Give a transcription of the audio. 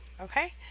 okay